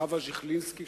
חווה ז'יכלינסקי-שייקביץ',